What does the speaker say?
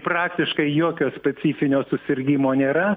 praktiškai jokio specifinio susirgimo nėra